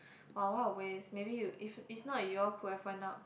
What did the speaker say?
!wow! what a waste maybe you if is not you all could have went up